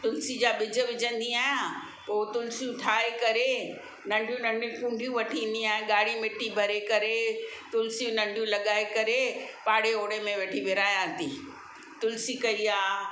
तुलसी जा बिज विज विझंदी आहियां पोइ तुलसियूं ठाहे करे नंढियूं नंढियूं ठूंडियूं वठी ईंदी आहियां ॻारी मिटी भरे करे तुलसियूं नंढियूं लॻाए करे पाड़े ओड़े में वेठी विराहियां थी तुलसी कई आहे